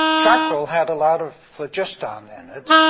charcoal had a lot of phlogiston in it,